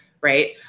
right